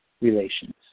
relations